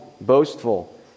boastful